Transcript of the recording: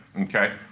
Okay